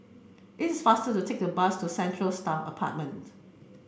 it is faster to take a bus to Central Staff Apartment